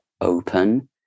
open